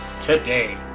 today